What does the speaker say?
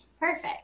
Perfect